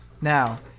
Now